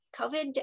COVID